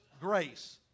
grace